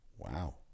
Wow